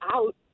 out